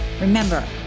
Remember